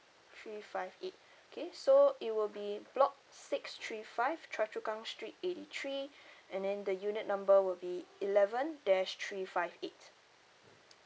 three five eight okay so it will be block six three five choa chu kang street eighty three and then the unit number will be eleven dash three five eight